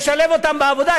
לשלב אותם בעבודה.